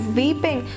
weeping